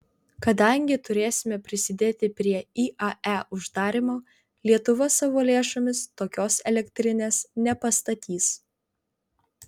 kadangi turėsime prisidėti prie iae uždarymo lietuva savo lėšomis tokios elektrinės nepastatys